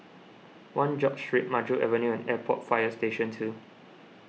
one George Street Maju Avenue and Airport Fire Station two